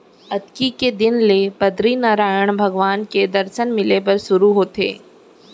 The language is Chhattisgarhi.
अक्ती के दिन ले बदरीनरायन भगवान के दरसन मिले बर सुरू होथे